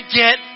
get